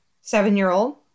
Seven-year-old